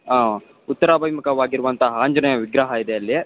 ಹಾಂ ಉತ್ತರಾಭಿಮುಖವಾಗಿರುವಂಥ ಆಂಜನೇಯ ವಿಗ್ರಹ ಇದೆ ಅಲ್ಲಿ